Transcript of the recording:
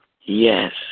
Yes